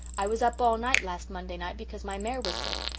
i was up all night last monday night because my mare was sick,